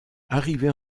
arriver